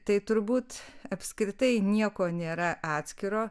tai turbūt apskritai nieko nėra atskiro